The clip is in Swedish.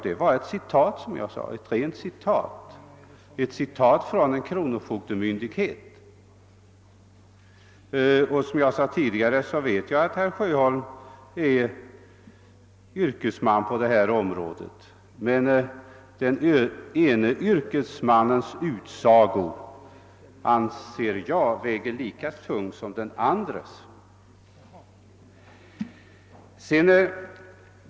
Det var ett rent citat från en kronofogdemyndighet, herr. Sjöholm. Nu vet jag att herr Sjöholm är yrkesman på detta område, men jag anser att den ene yrkesmannens utsago skall väga lika tungt som den andres.